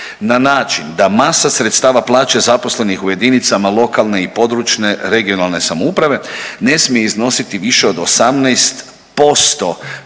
na način da masa sredstava plaća zaposlenih u jedinicama lokalne i područne (regionalne) samouprave ne smije iznositi više od 18%